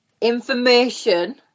information